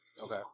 Okay